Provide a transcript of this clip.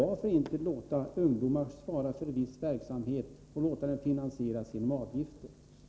Varför kan vi inte låta ungdomar svara för viss verksamhet, som finansieras genom avgifter?